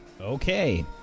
Okay